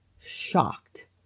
shocked